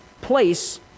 place